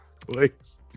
please